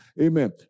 Amen